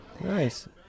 nice